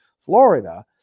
Florida